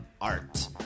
art